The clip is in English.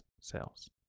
cells